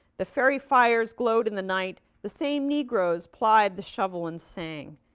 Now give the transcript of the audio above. the ferry fires glowed in the night. the same negroes plied the shovel and sang.